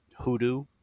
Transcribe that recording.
hoodoo